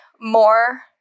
more